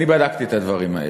אני בדקתי את הדברים האלה.